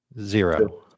zero